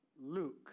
Luke